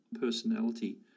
personality